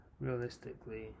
realistically